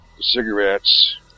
cigarettes